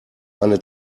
eine